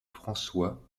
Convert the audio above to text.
françois